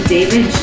David